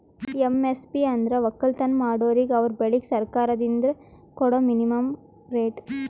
MSP ಅಂದ್ರ ವಕ್ಕಲತನ್ ಮಾಡೋರಿಗ ಅವರ್ ಬೆಳಿಗ್ ಸರ್ಕಾರ್ದಿಂದ್ ಕೊಡಾ ಮಿನಿಮಂ ರೇಟ್